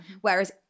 Whereas